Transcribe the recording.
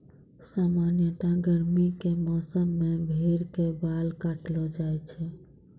सामान्यतया गर्मी के मौसम मॅ भेड़ के बाल काटलो जाय छै